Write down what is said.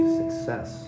success